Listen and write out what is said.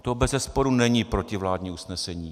To bezesporu není protivládní usnesení.